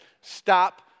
stop